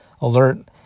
alert